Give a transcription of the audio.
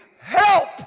Help